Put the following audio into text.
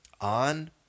on